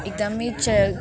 एकदमै च